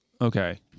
Okay